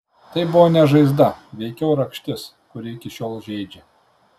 tai buvo ne žaizda veikiau rakštis kuri iki šiol žeidžia